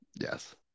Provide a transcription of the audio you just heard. yes